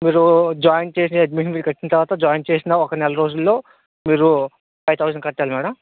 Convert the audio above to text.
మీరు జాయిన్ చేసి admission fees కట్టిన తర్వాత జాయిన్ చేసిన ఒక నెలరోజుల్లో మీరు ఫైవ్ థౌసండ్ కట్టాలి మేడం